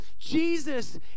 Jesus